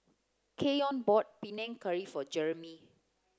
Keyon bought Panang Curry for Jereme